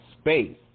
space